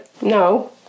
No